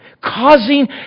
Causing